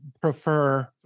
prefer